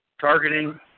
targeting